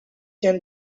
can